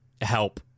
help